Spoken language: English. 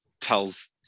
tells